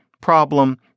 problem